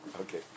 Okay